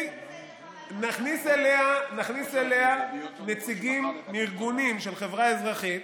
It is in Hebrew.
--- נכניס אליה נציגים מארגונים של חברה אזרחית